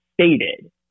stated